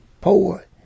poor